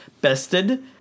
bested